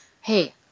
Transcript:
Hey